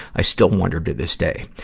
i still wonder to this day.